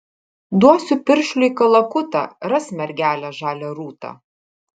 duosiu piršliui kalakutą ras mergelę žalią rūtą